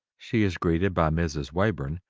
she is greeted by mrs. wayburn,